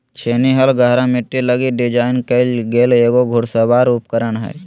छेनी हल गहरा मिट्टी लगी डिज़ाइन कइल गेल एगो घुड़सवार उपकरण हइ